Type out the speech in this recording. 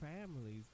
families